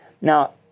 Now